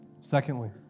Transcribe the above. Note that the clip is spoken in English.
Secondly